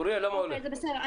זה בסדר,